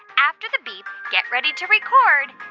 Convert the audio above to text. after the beep, get ready to record